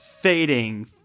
fading